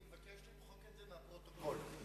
אני מבקש למחוק את זה מהפרוטוקול.